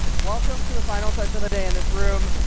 welcome to the final session of the day in this room,